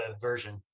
version